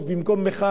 במקום מחאה,